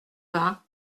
vingt